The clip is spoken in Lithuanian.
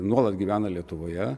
nuolat gyvena lietuvoje